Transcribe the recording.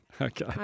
Okay